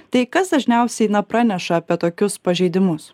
tai kas dažniausiai na praneša apie tokius pažeidimus